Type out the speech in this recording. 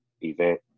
event